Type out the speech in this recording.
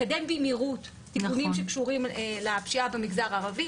לקדם במהירות תיקונים שקשורים לפשיעה במגזר הערבי.